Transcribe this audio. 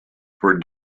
for